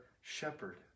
shepherd